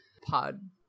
pod